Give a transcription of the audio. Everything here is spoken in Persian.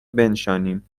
بنشانیم